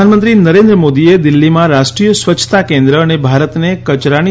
પ્રધાનમંત્રી નરેન્દ્ર મોદીએ દિલ્ફીમાં રાષ્ટ્રીય સ્વચ્છતા કેન્દ્ર અને ભારતને કચરાની